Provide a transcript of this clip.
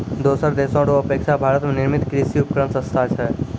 दोसर देशो रो अपेक्षा भारत मे निर्मित कृर्षि उपकरण सस्ता छै